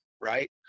right